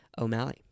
O'Malley